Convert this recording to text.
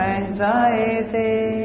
anxiety